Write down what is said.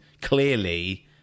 clearly